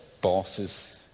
bosses